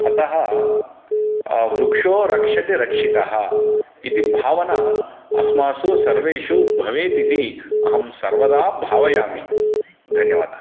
अतः वृक्षो रक्षति रक्षितः इति भावना अस्मासु सर्वेषु भवेत् इति अहं सर्वदा भावयामि धन्यवादः